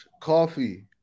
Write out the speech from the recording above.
coffee